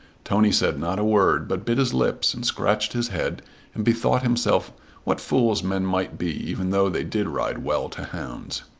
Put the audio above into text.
tony said not a word but bit his lips and scratched his head and bethought himself what fools men might be even though they did ride well to hounds.